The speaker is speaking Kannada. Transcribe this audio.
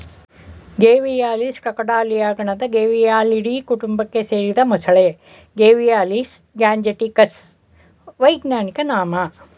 ಗೇವಿಯಾಲಿಸ್ ಕ್ರಾಕೊಡಿಲಿಯ ಗಣದ ಗೇವಿಯಾಲಿಡೀ ಕುಟುಂಬಕ್ಕೆ ಸೇರಿದ ಮೊಸಳೆ ಗೇವಿಯಾಲಿಸ್ ಗ್ಯಾಂಜೆಟಿಕಸ್ ವೈಜ್ಞಾನಿಕ ನಾಮ